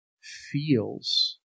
feels